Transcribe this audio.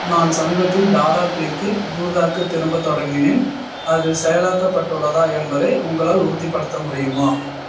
நான் சமீபத்தில் டாடா க்ளிக்கில் குர்தாக்கு திரும்பத் தொடங்கினேன் அது செயலாக்கப்பட்டுள்ளதா என்பதை உங்களால் உறுதிப்படுத்த முடியுமா